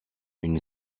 une